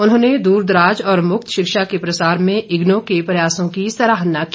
उन्होंने दूरदराज और मुक्त शिक्षा के प्रसार में इग्नू के प्रयासों की सराहना की